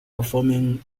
performing